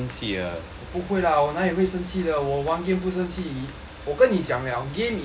不会 lah 我哪里会生气的我玩 game 不生气我跟你讲了 game is a game